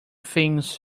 things